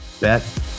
bet